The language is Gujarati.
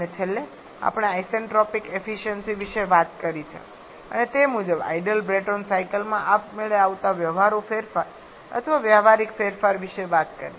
અને છેલ્લે આપણે આઇસેન્ટ્રોપિક એફિસયન્સિ વિશે વાત કરી છે અને તે મુજબ આઇડલ બ્રેટોન સાયકલ માં આપમેળે આવતા વ્યવહારુ ફેરફાર અથવા વ્યવહારિક ફેરફાર વિશે વાત કરી છે